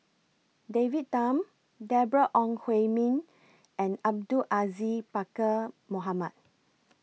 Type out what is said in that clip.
David Tham Deborah Ong Hui Min and Abdul Aziz Pakkeer Mohamed